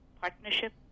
partnership